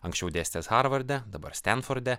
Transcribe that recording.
anksčiau dėstęs harvarde dabar stenforde